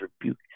rebuke